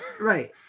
Right